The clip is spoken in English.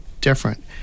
different